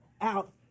out